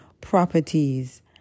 properties